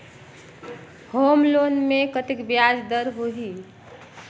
Home loan मे कतेक ब्याज दर होही?